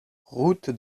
route